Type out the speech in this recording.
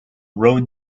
road